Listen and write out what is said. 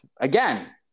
Again